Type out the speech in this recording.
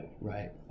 Right